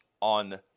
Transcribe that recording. on